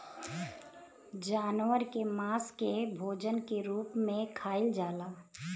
जानवर के मांस के भोजन के रूप में खाइल जाला